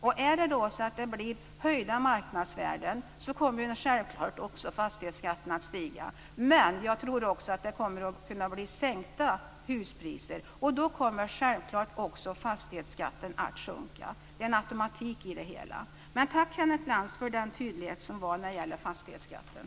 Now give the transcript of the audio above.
Om marknadsvärdena stiger kommer självklart också fastighetsskatten att stiga. Jag tror också att huspriserna kommer att kunna sjunka. Då sjunker självklart också fastighetsskatten. Det är en automatik i det. Tack, Kenneth Lantz, för tydligheten när det gäller fastighetsskatten.